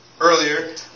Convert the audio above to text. earlier